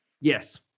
Yes